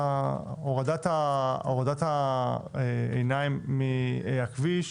הורדת העיניים מהכביש